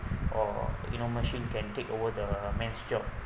or you know machine can take over the man's job